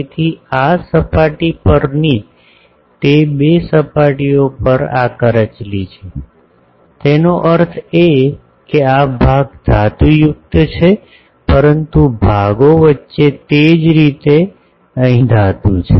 તેથી આ સપાટી પરની તે બે સપાટીઓ પર આ કરચલી છે તેનો અર્થ એ કે આ ભાગ ધાતુયુક્ત છે પરંતુ ભાગો વચ્ચે તે જ રીતે અહીં બિન ધાતુ છે